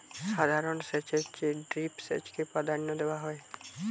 সাধারণ সেচের চেয়ে ড্রিপ সেচকে প্রাধান্য দেওয়া হয়